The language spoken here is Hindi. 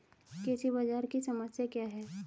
कृषि बाजार की समस्या क्या है?